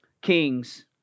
kings